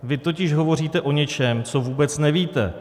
Vy totiž hovoříte o něčem, co vůbec nevíte.